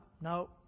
no